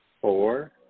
four